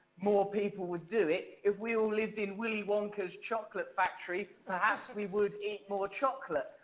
more people would do it. if we all lived in willy wonka's chocolate factory, perhaps we would eat more chocolate.